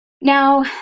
Now